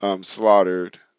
slaughtered